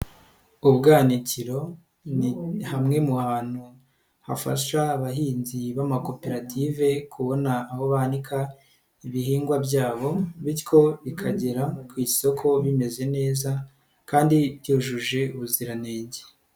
Ubwanikiro ni hamwe mu hantu hafasha abahinzi b'amakoperative kubona aho banika ibihingwa byabo, bityo bikagera ku isoko bimeze neza kandi byujuje ubuziranenge.